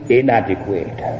inadequate